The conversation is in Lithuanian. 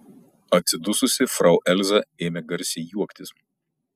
atsidususi frau elza ėmė garsiai juoktis